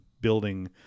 building